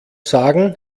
sagen